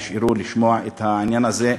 נשארו לשמוע את העניין הזה.